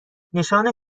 نشان